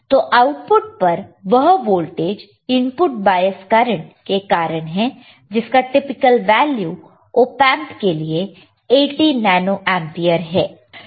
तो आउटपुट पर वह वोल्टेज इनपुट बायस करंट के कारण है जिसका टिपिकल वैल्यू ऑपएंप के लिए 80 नैनो एंपियर है